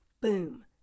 boom